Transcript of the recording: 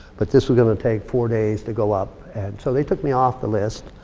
but this was gonna take four days to go up. and so they took me off the list.